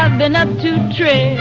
um been up to dream